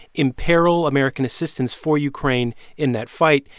imperil american assistance for ukraine in that fight,